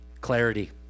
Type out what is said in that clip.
Clarity